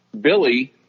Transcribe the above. Billy